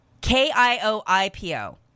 K-I-O-I-P-O